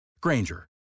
Granger